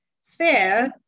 sphere